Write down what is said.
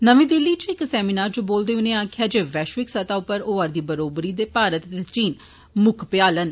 नमीं दिल्ली इच इक सैमीनार इच बोलदे होई उनें आक्खेया जे वैश्विक स्तह उप्पर होआ करदी बरोबरी दे भारत ते चीन मुक्ख भ्याल न